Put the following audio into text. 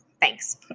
Thanks